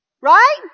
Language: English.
Right